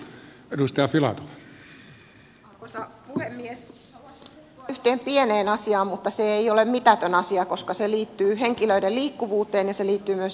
haluaisin puuttua yhteen pieneen asiaan mutta se ei ole mitätön asia koska se liittyy henkilöiden liikkuvuuteen ja se liittyy myös ihmisoikeuspolitiikkaan